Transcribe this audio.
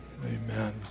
Amen